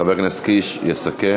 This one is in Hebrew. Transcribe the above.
חבר הכנסת קיש יסכם.